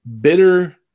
bitter